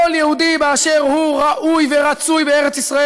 כל יהודי באשר הוא ראוי ורצוי בארץ ישראל,